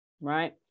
right